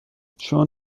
چون